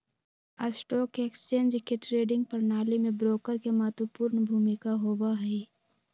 stock exchange के trading प्रणाली में ब्रोकर के महत्वपूर्ण भूमिका होबा हई